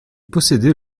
possédait